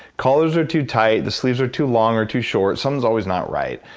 collars are too tight, the sleeves are too long or too short, something's always not right.